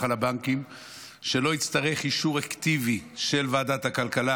על הבנקים שהוא לא יצטרך אישור אקטיבי של ועדת הכלכלה,